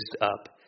up